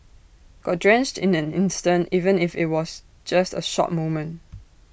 got drenched in an instant even if IT was just A short moment